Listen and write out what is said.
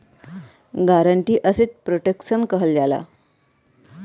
guarantee asset protection कहल जाला